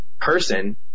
person